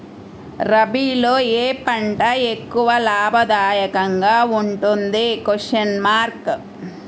రబీలో ఏ పంట ఎక్కువ లాభదాయకంగా ఉంటుంది?